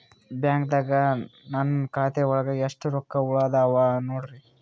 ಬ್ಯಾಂಕ್ದಾಗ ನನ್ ಖಾತೆ ಒಳಗೆ ಎಷ್ಟ್ ರೊಕ್ಕ ಉಳದಾವ ನೋಡ್ರಿ?